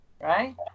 Right